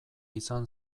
izan